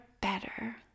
better